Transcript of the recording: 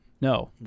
No